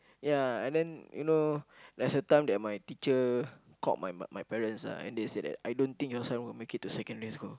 ya and then you know there's a time that my teacher called my mo~ my parents ah and they said that I don't think your son will make it to secondary school